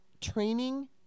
training